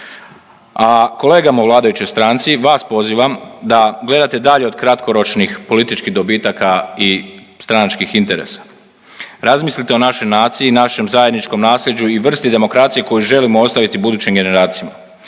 a kolegama u vladajućoj stranci, vas pozivam da gledate dalje od kratkoročnih političkih dobitaka i stranačkih interesa. Razmislite o našoj naciji i našem zajedničkom naslijeđu i vrsti demokracije koju želimo ostaviti budućim generacijama.